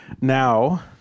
now